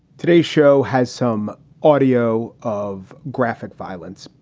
today's show has some audio of graphic violence.